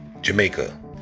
Jamaica